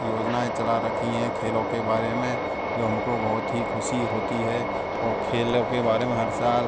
योजनाएं चला रखी हैं खेलों के बारे में जो हमको बहुत ही खुशी होती है और खेलों के बारे में हर साल